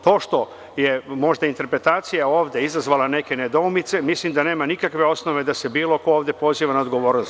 To što je možda interpretacija ovde izazvala neke nedoumice, mislim da nema nikakve osnove da se bilo ko ovde poziva na odgovornost.